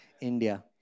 India